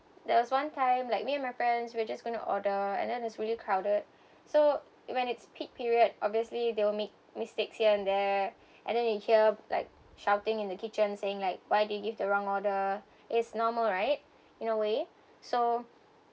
there was one time like me and my friends we're just going to order and then it's really crowded so when it's peak period obviously they will make mistakes here and there and then you hear like shouting in the kitchen saying like why do you give the wrong order it's normal right in a way so